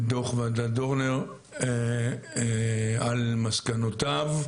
את דוח ועדת דורנר על מסקנותיו,